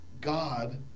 God